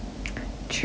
true